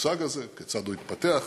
המושג הזה, כיצד הוא התפתח,